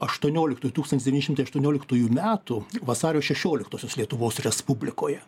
aštuonioliktųjų tūkstantis devyni šimtai aštuonioliktųjų metų vasario šešioliktosios lietuvos respublikoje